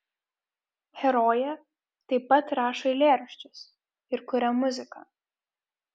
herojė taip pat rašo eilėraščius ir kuria muziką